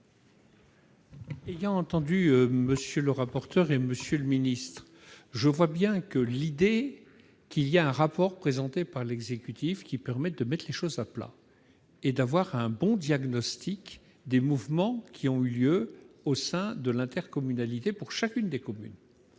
bien entendu M. le rapporteur spécial et M. le ministre. L'idée de disposer d'un rapport présenté par l'exécutif, qui permette de mettre les choses à plat et d'avoir un bon diagnostic des mouvements ayant eu lieu au sein de l'intercommunalité pour chacune des communes,